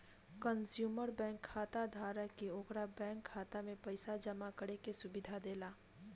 consumer bank खाताधारक के ओकरा बैंक खाता में पइसा जामा करे के सुविधा देला